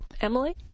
emily